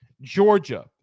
Georgia